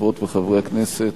חברות וחברי הכנסת,